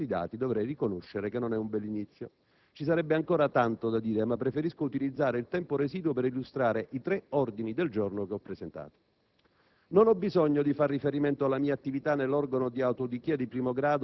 Insomma, se dovessi ragionare soltanto sulla base di questi dati, dovrei riconoscere che non è un buon inizio. Ci sarebbe ancora tanto da dire, ma preferisco utilizzare il tempo residuo per illustrare i tre ordini del giorno che ho presentato.